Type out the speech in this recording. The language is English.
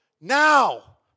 Now